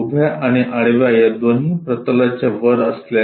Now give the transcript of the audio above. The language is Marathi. उभ्या आणि आडव्या या दोन्ही प्रतलाच्या वर असल्यास